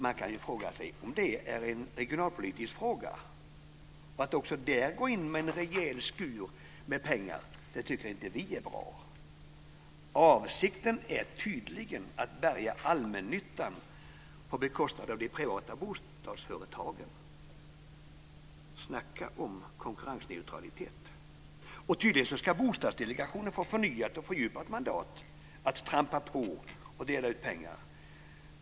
Man kan ju fråga sig om det är en regionalpolitisk fråga. Vi tycker inte att det är bra att också där gå in med en rejäl skur pengar. Avsikten är tydligen att bärga allmännyttan på bekostnad av de privata bostadsföretagen. Snacka om konkurrensneutralitet! Och tydligen ska Bostadsdelegationen få förnyat och fördjupat mandat att trampa på och dela ut pengar.